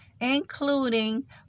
including